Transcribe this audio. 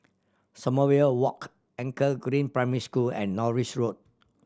Sommerville Walk Anchor Green Primary School and Norris Road